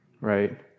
right